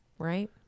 right